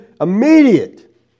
immediate